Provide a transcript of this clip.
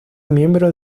miembro